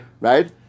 right